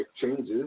changes